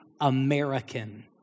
American